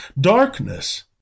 Darkness